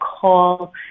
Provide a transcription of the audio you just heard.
call